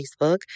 Facebook